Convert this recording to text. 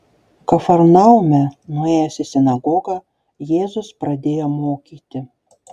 kafarnaume nuėjęs į sinagogą jėzus pradėjo mokyti